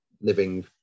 living